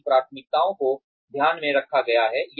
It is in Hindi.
उनकी प्राथमिकताओं को ध्यान में रखा गया है